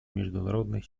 международной